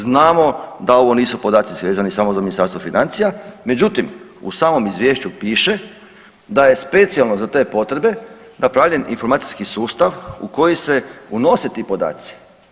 Znamo da ovo nisu podaci vezani samo za Ministarstvo financija, međutim u samom izvješću piše da je specijalno za te potrebe napravljen informacijski sustav u koji se unose ti podaci.